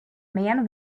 man